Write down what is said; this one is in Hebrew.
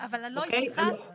אבל לא התייחסת